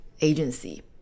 agency